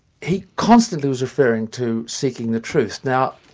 he constantly was referring to seeking the truth. now,